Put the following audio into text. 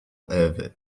ewy